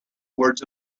words